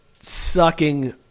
sucking